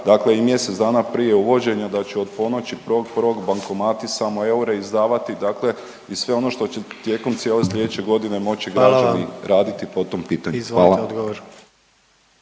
dakle i mjesec dana prije uvođenja, da će od ponoći 1.1. bankomati samo eure izdavati, dakle i sve ono što će tijekom cijele sljedeće godine moći građani raditi po tom pitanju. Hvala. **Jandroković,